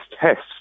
tests